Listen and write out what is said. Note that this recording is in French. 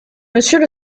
monsieur